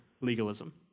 legalism